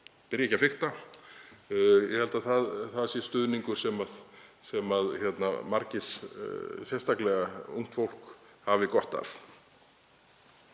byrja ekki að fikta. Ég held að það sé stuðningur sem margir, sérstaklega ungt fólk, hafi gott af.